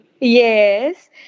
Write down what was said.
yes